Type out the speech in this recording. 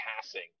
passing